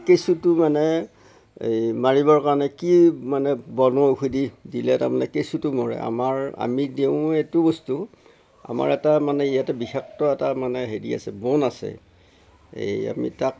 কেঁচুটো মানে এই মাৰিবৰ কাৰণে কি মানে বনঔষধি দিলে তাৰমানে কেঁচুটো মৰে আমাৰ আমি দিওঁ এইটো বস্তু আমাৰ এটা মানে ইয়াতে বিষাক্ত এটা মানে হেৰি আছে বন আছে এই আমি তাক